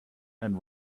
and